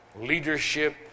leadership